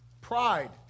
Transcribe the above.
Pride